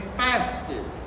fasted